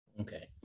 Okay